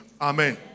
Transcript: Amen